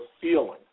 feeling